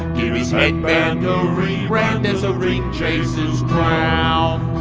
give his headband a rebrand as a ring-chaser's crown